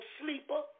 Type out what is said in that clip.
sleeper